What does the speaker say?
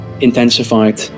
intensified